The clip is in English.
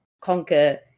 conquer